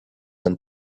some